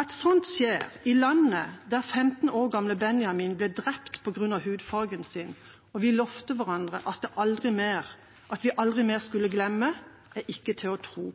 At sånt skjer i landet der 15 år gamle Benjamin ble drept på grunn av hudfargen sin og vi lovet hverandre at vi aldri skulle glemme, er ikke til å tro.